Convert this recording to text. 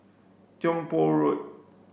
Tiong Poh Road